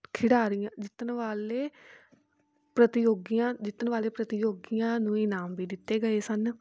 ਖਿਡਾਰੀਆਂ ਜਿੱਤਣ ਵਾਲੇ ਪ੍ਰਤੀਯੋਗੀਆਂ ਜਿੱਤਣ ਵਾਲੇ ਪ੍ਰਤੀਯੋਗੀਆਂ ਨੂੰ ਇਨਾਮ ਵੀ ਦਿੱਤੇ ਗਏ ਸਨ